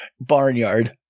Barnyard